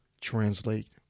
Translate